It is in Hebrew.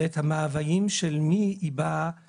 ואת המאוויים של מי היא באה למלא.